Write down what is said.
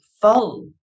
full